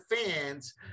fans